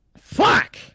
fuck